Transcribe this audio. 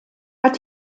hat